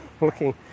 looking